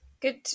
good